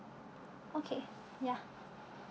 okay ya